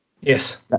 Yes